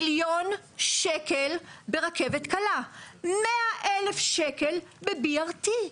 מיליון שקל ברכבת קלה, 100,000 שקל ב-BRT.